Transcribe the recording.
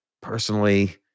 personally